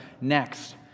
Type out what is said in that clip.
next